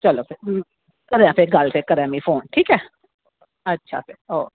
चलो करेआं गल्ल ते फ्ही करेआं मिगी फोन अच्छा ओके